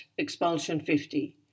expulsion50